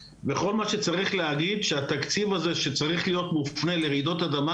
בכל מה שצריך להגיד שהתקציב הזה שצריך להיות מופנה לרעידות אדמה,